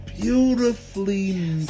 beautifully